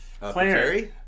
Claire